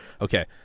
Okay